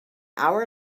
hour